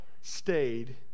stayed